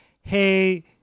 hey